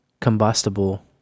combustible